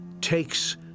takes